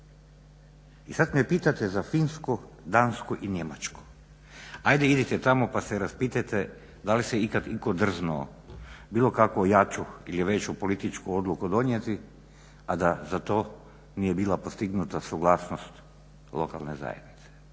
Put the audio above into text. I sada me pitate za Finsku, Dansku i Njemačku. Ajde idite tamo pa se raspitajte da li se ikad itko drznuo bilo kakvu jaču ili veću političku odluku donijeti, a da za to nije bila postignuta suglasnost lokalne zajednice.